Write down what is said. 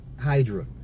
Hydra